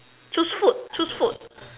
choose food choose food